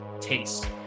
taste